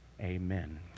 amen